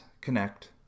connect